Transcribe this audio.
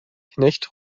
knecht